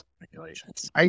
regulations